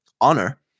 honor